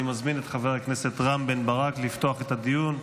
אני מזמין את חבר הכנסת רם בן ברק לפתוח את הדיון.